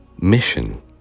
mission